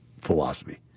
philosophy